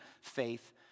faith